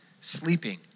sleeping